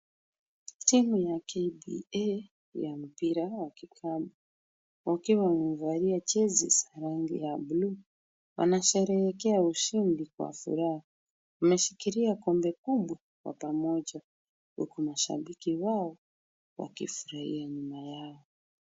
Timu ya KPA ya mpira ya vikapu, wakiwa wamevalia jezi za rangi ya buluu wanasherehekea ushindi kwa furaha. Wameshikilia kombe kubwa kwa pamoja huku mashabiki wao wakifurahia na wao.